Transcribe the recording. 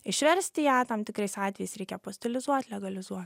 išversti ją tam tikrais atvejais reikia apostilizuot legalizuot